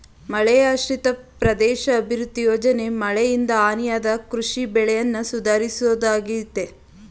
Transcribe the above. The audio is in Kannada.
ಮಳೆಯಾಶ್ರಿತ ಪ್ರದೇಶ ಅಭಿವೃದ್ಧಿ ಯೋಜನೆ ಮಳೆಯಿಂದ ಹಾನಿಯಾದ ಕೃಷಿ ಬೆಳೆಯನ್ನ ಸುಧಾರಿಸೋದಾಗಯ್ತೆ